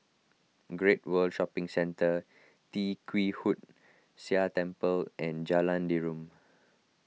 Great World Shopping Centre Tee Kwee Hood Sia Temple and Jalan Derum